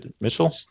Mitchell